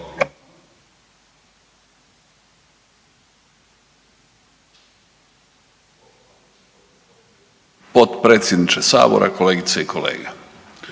potpredsjedniče sabora. Kolegice i kolege,